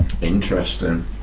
Interesting